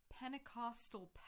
Pentecostal